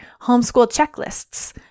homeschoolchecklists